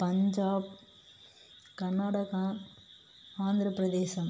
Punjab Karnataka Andhra Pradesh